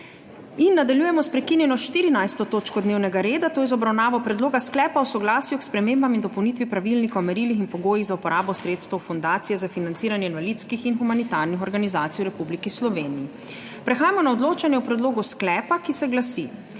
Nadaljujemo s **prekinjeno 14. točko dnevnega reda, to je z obravnavo Predloga sklepa o soglasju k spremembam in dopolnitvi Pravilnika o merilih in pogojih za uporabo sredstev Fundacije za financiranje invalidskih in humanitarnih organizacij v Republiki Sloveniji.** Prehajamo na odločanje o predlogu sklepa, ki se glasi: